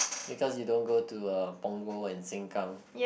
because you don't go to uh Punggol and Sengkang